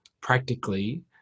Practically